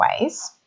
ways